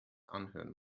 anhören